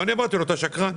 אמרתי לו שהוא שקרן,